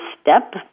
step